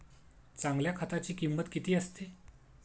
चांगल्या खताची किंमत किती असते?